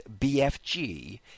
BFG